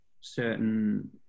certain